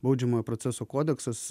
baudžiamojo proceso kodeksas